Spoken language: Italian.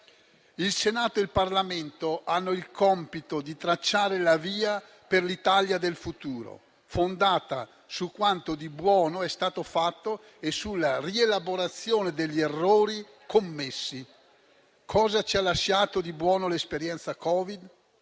Il Senato e la Camera dei deputati hanno il compito di tracciare la via per l'Italia del futuro, fondata su quanto di buono è stato fatto e sulla rielaborazione degli errori commessi. Cosa ci ha lasciato di buono l'esperienza Covid?